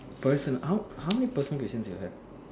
personal how many how many personal questions you have